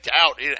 out